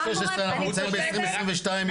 אנחנו ב-2022,